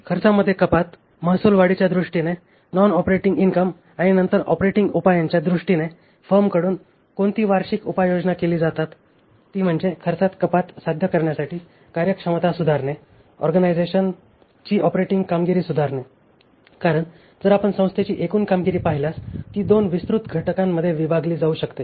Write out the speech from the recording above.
खर्चामध्ये कपात महसूल वाढीच्या दृष्टीने नॉन ऑपरेटिंग इन्कम आणि नंतर ऑपरेटिंग उपायांच्या दृष्टीने फर्मकडून कोणती आर्थिक उपाययोजना केली जातात ती म्हणजे खर्चात कपात साध्य करण्यासाठी कार्यक्षमता सुधारणे ऑर्गनायझेशनची ऑपरेटिंग कामगिरी सुधारणे कारण जर आपण संस्थेची एकूण कामगिरी पाहिल्यास ती दोन विस्तृत घटकांमध्ये विभागली जाऊ शकते